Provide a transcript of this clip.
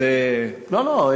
לא לא,